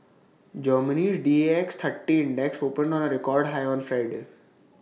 Germany's Dax thirty index opened on A record high on Friday